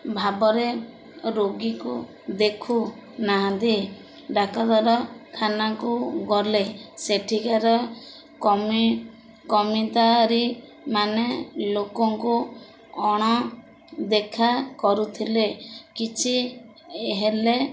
ଭାବରେ ରୋଗୀକୁ ଦେଖୁନାହାନ୍ତି ଡାକ୍ତରରଖାନାକୁ ଗଲେ ସେଠିକାର କମିତାରୀ ମାନ ଲୋକଙ୍କୁ ଅଣଦେଖା କରୁଥିଲେ କିଛି ହେଲେ